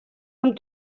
amb